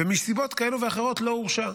מסיבות כאלה ואחרות לא הורשע.